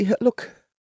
Look